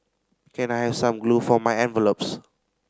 can I have some glue for my envelopes